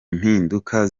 mpinduka